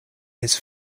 his